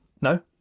No